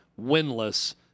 winless